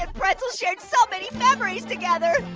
ah pretzel shared so many memories together.